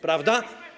Prawda?